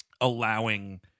allowing